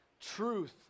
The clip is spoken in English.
Truth